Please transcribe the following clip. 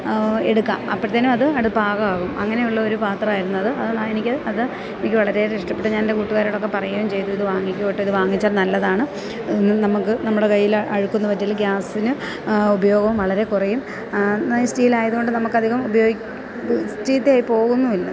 ആ എടുക്കാം അപ്പോഴത്തനും അത് പാകമാകും അങ്ങനെയുള്ള ഒരു പാത്രമായിരുന്നു അത് അതാണ് എനിക്ക് അതെനിക്കു വളരെ ഇഷ്ടപ്പെട്ട ഞാനെന്റെ കൂട്ടുകാരോടൊക്കെ പറയുകയും ചെയ്തു ഇതു വാങ്ങിക്കോട്ട് ഇതു വാങ്ങിച്ചാൽ നല്ലതാണ് നമുക്കു നമ്മുടെ കയ്യില് അഴുക്കൊന്നും പറ്റില്ല ഗ്യാസിന് ഉപയോഗം വളരെ കുറയും സ്റ്റീലായതുകൊണ്ട് നമുക്കധികം ചീത്തയായി പോകുന്നുമില്ല